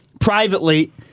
privately